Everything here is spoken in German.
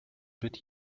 wird